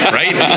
right